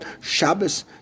Shabbos